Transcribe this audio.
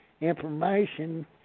information